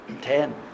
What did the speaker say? ten